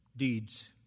deeds